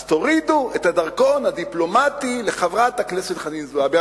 אז תורידו את הדרכון הדיפלומטי לחברת הכנסת חנין זועבי.